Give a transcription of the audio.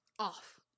off